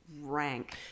rank